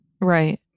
right